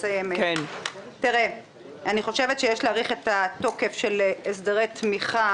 אני חושבת שיש להאריך את התוקף של הסדרי תמיכה